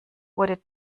wurde